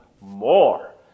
more